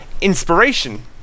inspiration